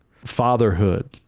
Fatherhood